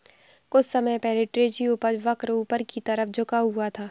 कुछ समय पहले ट्रेजरी उपज वक्र ऊपर की तरफ झुका हुआ था